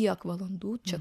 kiek valandų čia